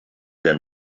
than